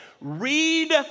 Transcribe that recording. Read